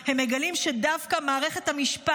הם מגלים שדווקא מערכת המשפט,